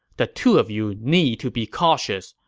the two of you need to be cautious.